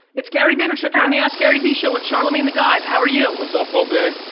it's gary vaynerchuk, you're on the askgaryvee show with charlamagne tha god. how are you? what's up poupee?